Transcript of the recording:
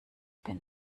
bin